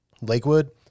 Lakewood